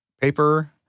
paper